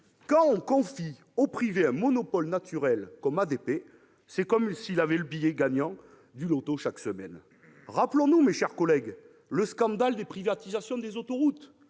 quand on confie au secteur privé un monopole naturel comme celui d'ADP, c'est un peu comme s'il obtenait le billet gagnant du loto chaque semaine. Rappelons-nous, chers collègues, le scandale de la privatisation des autoroutes.